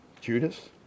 Judas